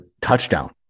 touchdown